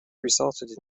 resulted